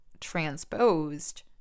transposed